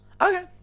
Okay